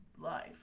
life